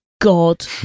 god